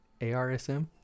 ARSM